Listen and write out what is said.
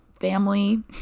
family